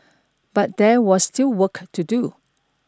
but there was still work to do